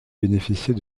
bénéficier